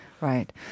Right